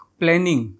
planning